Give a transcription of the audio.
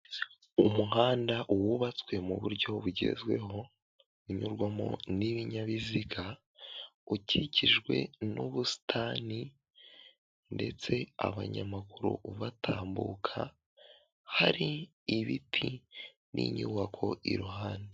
Umuhanda wubatswe mu buryo bugezweho unyurwamo n'ibinyabiziga ukikijwe n'ubusitani ndetse abanyamaguru baba batambuka hari ibiti n'inyubako iruhande.